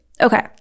Okay